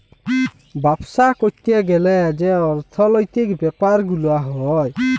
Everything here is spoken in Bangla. বাপ্সা ক্যরতে গ্যালে যে অর্থলৈতিক ব্যাপার গুলা হ্যয়